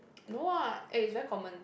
no ah eh it's very common